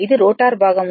ఇది రోటర్ భాగం